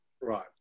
Right